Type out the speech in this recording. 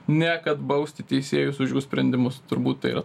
ne kad bausti teisėjus už jų sprendimus turbūt tai yra